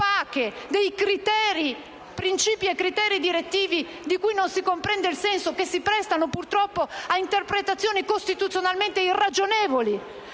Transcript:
sono principi e criteri direttivi di cui non si comprende il senso e che si prestano purtroppo ad interpretazioni costituzionalmente irragionevoli.